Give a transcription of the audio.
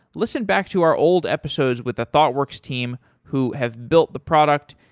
listen back to our old episodes with the thoughtworks team who have built the product.